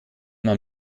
man